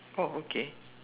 oh okay